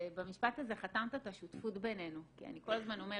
ובמשפט הזה חתמת את השותפות בינינו כי אני כל הזמן אומרת,